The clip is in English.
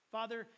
Father